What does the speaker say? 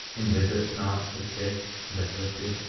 and visit not the sick and afflicted,